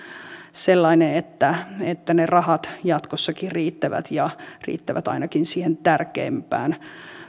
sellainen että ne että ne rahat jatkossakin riittävät ja riittävät ainakin siihen tärkeimpään